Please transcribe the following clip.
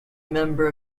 member